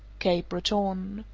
cape breton.